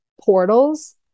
portals